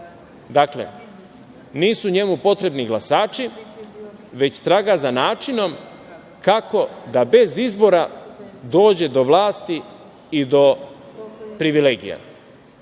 Dakle, nisu njemu potrebni glasači već traga za načinom kako da bez izbora dođe do vlasti i do privilegija. Onakva